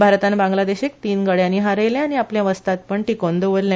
भारतान बांगलादेशाक तीन गड्यानी हारयले आनी आपले वस्तादपण टीकोवन दवरले